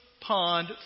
pond